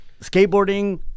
skateboarding